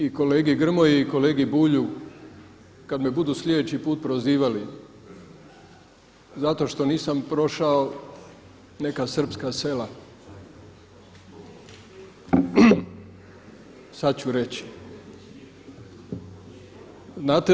I kolegi Grmoji i kolegi Bulju kad me budu sljedeći put prozivali zato što nisam prošao neka srpska sela sad ću reći.